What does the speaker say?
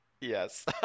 yes